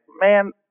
man